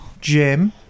Jim